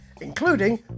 including